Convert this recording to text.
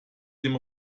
dem